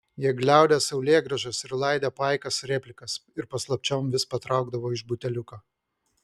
jie gliaudė saulėgrąžas laidė paikas replikas ir paslapčiom vis patraukdavo iš buteliuko